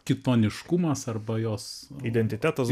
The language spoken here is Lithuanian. kitoniškumas arba jos identitetas